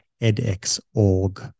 edX.org